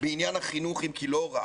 בעניין החינוך, אם כי לא רק